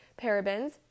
parabens